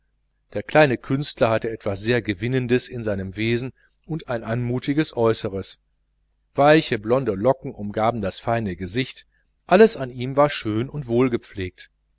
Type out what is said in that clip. der kleine künstler hatte etwas sehr gewinnendes in seinem wesen und ein anmutiges äußeres weiche blonde locken umgaben das feine gesicht alles an ihm war schön und